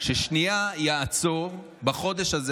ששנייה יעצור בחודש הזה?